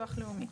ולביטוח לאומי.